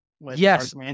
Yes